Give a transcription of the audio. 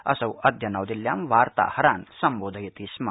असौ अद्य नवदिल्यां वार्ताहरान् सम्बोधयति स्म